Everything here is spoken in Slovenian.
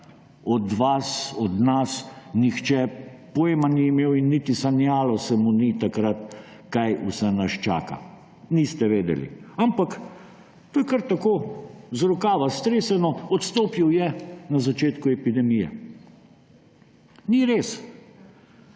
od vas, od nas, nihče pojma ni imel in niti sanjalo se mu ni takrat, kaj vse nas čaka. Niste vedeli. Ampak to je kar tako z rokava streseno, odstopil je na začetku epidemije. Ni res.